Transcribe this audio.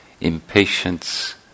impatience